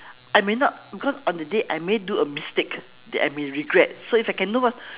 I may not cause on the day I may do a mistake that I may regret so if I can know what